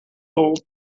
del